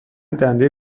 دنده